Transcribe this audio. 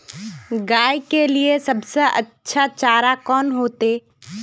गाय के लिए सबसे अच्छा चारा कौन होते?